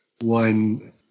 one